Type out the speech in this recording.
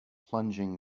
plunging